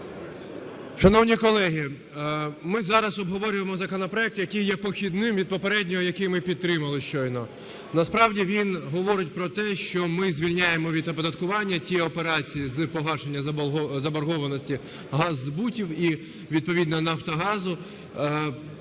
Шановні колеги, ми зараз обговорюємо законопроект, який є похідним від попереднього, який ми підтримали щойно. Насправді він говорить про те, що ми звільняємо від оподаткування ті операції з погашення заборгованості газзбутів, і відповідно "Нафтогазу",